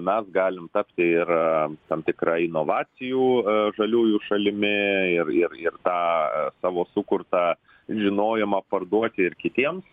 mes galim tapti ir tam tikra inovacijų žaliųjų šalimi ir ir ir tą savo sukurtą žinojimą parduoti ir kitiems